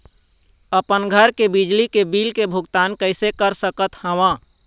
अपन घर के बिजली के बिल के भुगतान कैसे कर सकत हव?